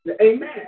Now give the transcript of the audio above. Amen